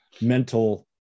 mental